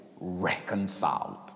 reconciled